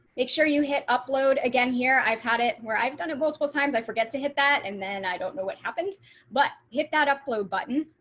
make sure you hit upload again here. i've had it where i've done it multiple times. i forget to hit that and then and i don't know what happened but hit that upload button.